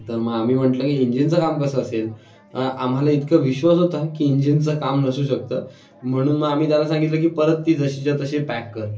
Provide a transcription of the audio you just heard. तर मग आम्ही म्हटलं की इंजिनचं काम कसं असेल आम्हाला इतका विश्वास होता की इंजिनचं काम नसू शकतं म्हणून मग आम्ही त्याला सांगितलं की परत ती जशीच्या तशी पॅक कर